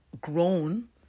grown